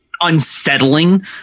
unsettling